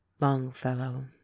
longfellow